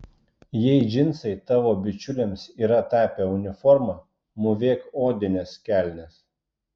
jei džinsai tavo bičiulėms yra tapę uniforma mūvėk odines kelnes